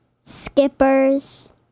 Skipper's